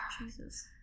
Jesus